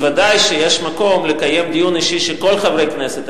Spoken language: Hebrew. ודאי שיש מקום לקיים דיון אישי של כל חברי הכנסת.